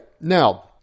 Now